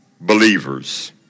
believers